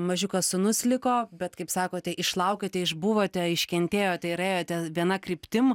mažiukas sūnus liko bet kaip sakote išlaukėte išbuvote iškentėjote ir ėjote viena kryptim